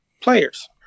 players